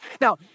Now